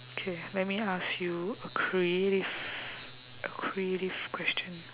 okay let me ask you a creative a creative question